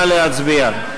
נא להצביע.